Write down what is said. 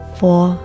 four